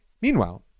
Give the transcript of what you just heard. Meanwhile